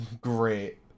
great